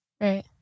Right